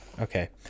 Okay